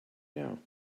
now